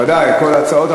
ודאי, על כל ההצעות.